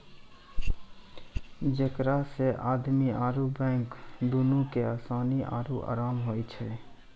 जेकरा से आदमी आरु बैंक दुनू के असानी आरु अराम होय छै